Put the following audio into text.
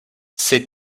ses